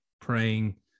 praying